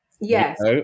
Yes